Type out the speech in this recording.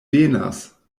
venas